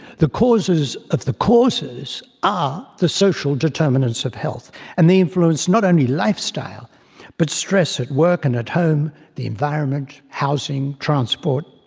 the causes of the causes are the social determinants of health and they influence not only life style but stress at work and at home, the environment, housing, transport.